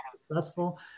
successful